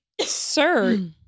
sir